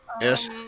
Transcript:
Yes